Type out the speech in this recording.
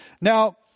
Now